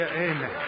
Amen